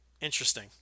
Interesting